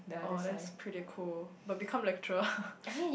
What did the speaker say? oh that's pretty cool but become lecturer